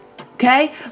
Okay